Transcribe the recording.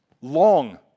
long